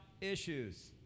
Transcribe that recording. issues